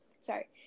Sorry